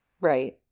right